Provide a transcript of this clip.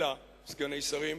"אלא" סגני שרים,